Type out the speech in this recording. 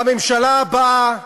והממשלה הבאה